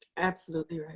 absolutely,